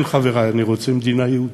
כן, חברי, אני רוצה מדינה יהודית,